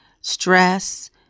stress